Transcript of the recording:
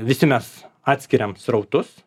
visi mes atskiriam srautus